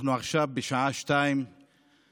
אנחנו עכשיו בשעה 02:15,